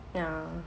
ya